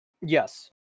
yes